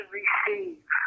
receive